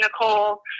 Nicole